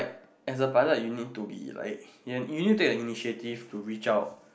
as a pilot you need to be like you you need to take the initiative to reach out